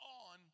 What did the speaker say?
on